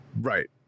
Right